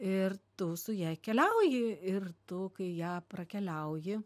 ir tu su ja keliauji ir tu kai ją prakeliauji